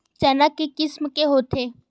चना के किसम के होथे?